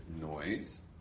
noise